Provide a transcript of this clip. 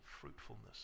fruitfulness